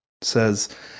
says